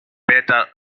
better